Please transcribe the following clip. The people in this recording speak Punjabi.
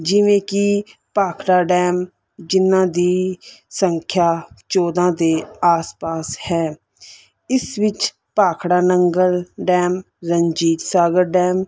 ਜਿਵੇਂ ਕਿ ਭਾਖੜਾ ਡੈਮ ਜਿਹਨਾਂ ਦੀ ਸੰਖਿਆ ਚੌਦ੍ਹਾਂ ਦੇ ਆਸ ਪਾਸ ਹੈ ਇਸ ਵਿੱਚ ਭਾਖੜਾ ਨੰਗਲ ਡੈਮ ਰਣਜੀਤ ਸਾਗਰ ਡੈਮ